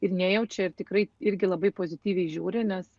ir nejaučia ir tikrai irgi labai pozityviai žiūri nes